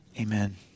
amen